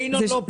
כשינון לא פה?